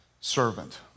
servant